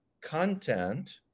content